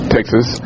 Texas